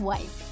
Wife